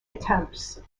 attempts